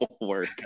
work